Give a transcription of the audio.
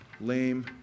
lame